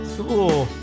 Cool